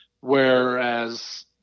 Whereas